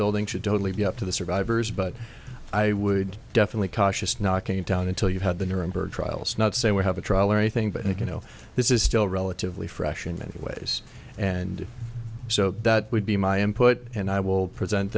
building should totally be up to the survivors but i would definitely cautious knocking it down until you've had the nuremberg trials not say we have a trial or anything but if you know this is still relatively fresh in many ways and so that would be my input and i will present